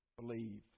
believe